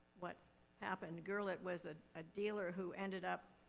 what happened. gurlitt was a ah dealer who ended up